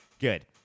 Good